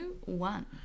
one